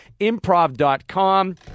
Improv.com